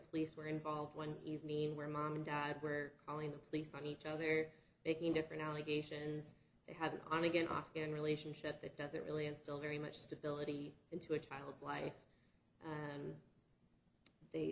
police were involved one evening where mom and dad were calling the police on each other making different allegations they have an on again off again relationship that doesn't really instill very much stability into a child's life and they